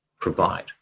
provide